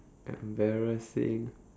embarrassing